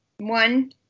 one